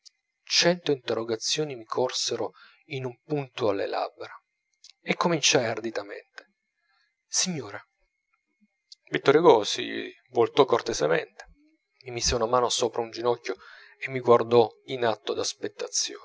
cento interrogazioni mi corsero in un punto alle labbra e cominciai arditamente signore vittor hugo si voltò cortesemente mi mise una mano sopra un ginocchio e mi guardò in atto